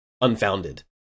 unfounded